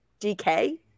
DK